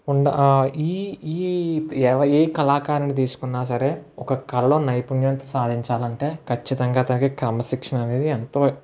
ఉన్న ఈ ఈ ఏ ఈ కళాకారున్ని తీసుకున్న సరే ఒక కళలో నైపుణ్యం సాధించాలంటే ఖచ్చితంగా దానికి క్రమశిక్షణ అనేది ఎంతో